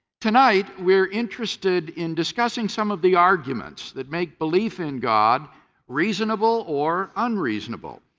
tonight, we are interested in discussing some of the arguments that make belief in god reasonable or unreasonable.